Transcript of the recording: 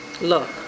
look